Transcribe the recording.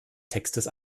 textes